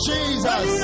Jesus